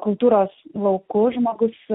kultūros lauku žmogus